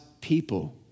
people